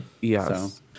yes